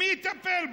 מי יטפל בו?